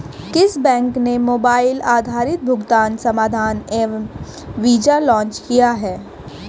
किस बैंक ने मोबाइल आधारित भुगतान समाधान एम वीज़ा लॉन्च किया है?